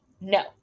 no